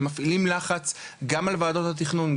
שמפעילים לחץ גם על ועדות התיכנון,